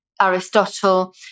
Aristotle